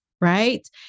right